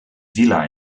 villa